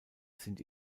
sind